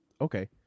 Okay